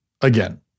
again